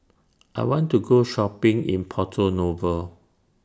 I want to Go Shopping in Porto Novo